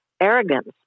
arrogance